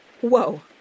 Whoa